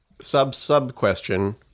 Sub-sub-question